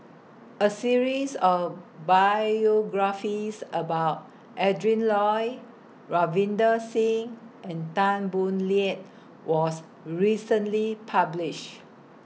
A series of biographies about Adrin Loi Ravinder Singh and Tan Boo Liat was recently published